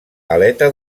aleta